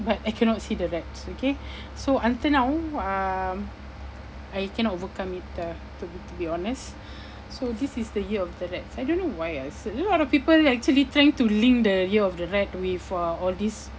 but I cannot see the rats okay so until now um I cannot overcome it uh to be to be honest so this is the year of the rats I don't know why ah I you know a lot of people actually trying to link the year of the rat with uh all this